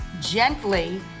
gently